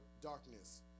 darkness